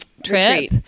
Trip